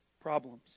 problems